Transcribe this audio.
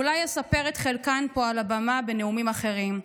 אולי אספר את חלקן פה על הבמה בנאומים אחרים.